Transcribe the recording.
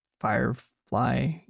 Firefly